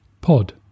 pod